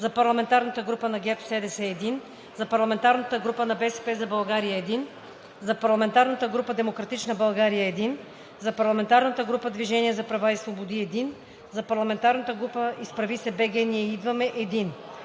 за парламентарната група на ГЕРБ-СДС – 1; - за парламентарната група на „БСП за България“ – 1; - за парламентарната група на „Демократична България“ – 1; - за парламентарната група на „Движение за права и свободи“ – 1; - за парламентарната група на „Изправи се БГ! Ние идваме!“